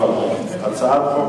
להודות,